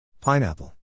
Pineapple